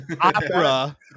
opera